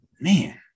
man